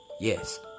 yes